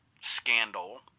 scandal